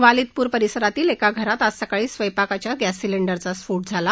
वालिदपूर परिसरातल्या एका घरात आज सकाळी स्वयपाकाच्या गॅस सिलेंडचा स्फोट झाला